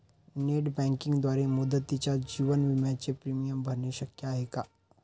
Net बँकिंगद्वारे मुदतीच्या जीवन विम्याचे प्रीमियम भरणे शक्य आहे का?